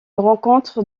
rencontre